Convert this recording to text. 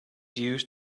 used